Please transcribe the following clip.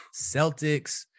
Celtics